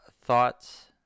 thoughts